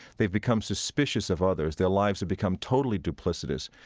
they've become suspicious of others. their lives have become totally duplicitous.